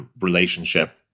relationship